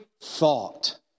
thought